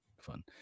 fun